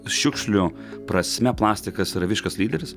šiukšlių prasme plastikas yra visiškas lyderis